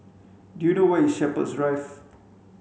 do you know where is Shepherds Drive